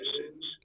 citizens